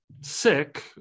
Sick